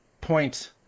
point